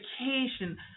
education